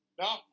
No